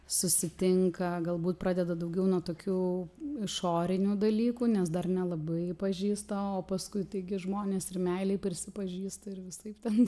susitinka galbūt pradeda daugiau nuo tokių išorinių dalykų nes dar nelabai pažįsta o paskui taigi žmonės ir meilei prisipažįsta ir visaip ten